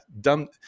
dumb